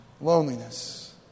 Loneliness